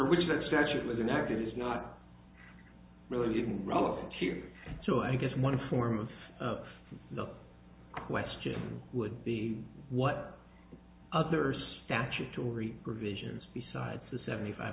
which that statute was an active is not really even relative cheery so i guess one form of the question would be what other statutory provisions besides the seventy five